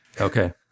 Okay